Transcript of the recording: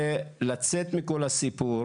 ולצאת מכל הסיפור,